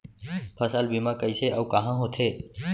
फसल बीमा कइसे अऊ कहाँ होथे?